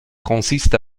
consiste